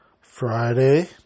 Friday